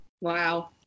wow